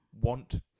want